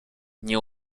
nie